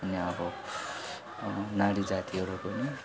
अनि अब नारी जातिहरू पनि